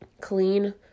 Clean